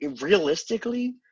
realistically